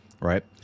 right